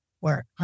work